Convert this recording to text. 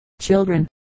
children